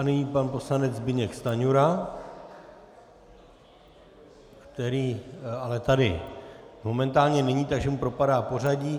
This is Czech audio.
Nyní pan poslanec Zbyněk Stanjura, který ale tady momentálně není, takže mu propadá pořadí.